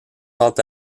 quant